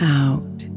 out